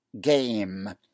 game